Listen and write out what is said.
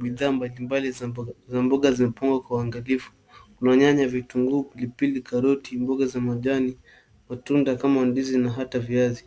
Bidhaa mbalimbali za mboga zimepangwa kwa uangalifu. Kuna nyanya, vitunguu, pilipili, karoti ,mboga za majani, matunda kama ndizi na hata viazi.